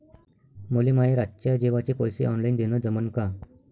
मले माये रातच्या जेवाचे पैसे ऑनलाईन देणं जमन का?